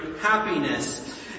happiness